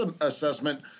assessment